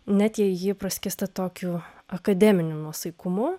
net jei ji praskiesta tokiu akademiniu nuosaikumu